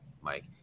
mike